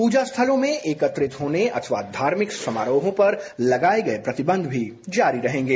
पूजा स्थलों में एकत्रित होने अथवा और धार्मिक समारोहों पर लगाए गए प्रतिबंधित भी जारी रहेंगे